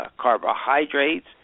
carbohydrates